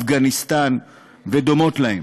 אפגניסטן ודומות להן,